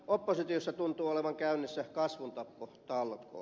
oppositiossa tuntuu olevan käynnissä kasvuntappotalkoot